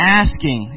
asking